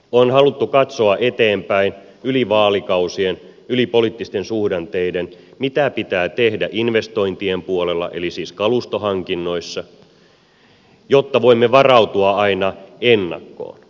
on haluttu katsoa eteenpäin yli vaalikausien yli poliittisten suhdanteiden mitä pitää tehdä investointien puolella eli siis kalustohankinnoissa jotta voimme varautua aina ennakkoon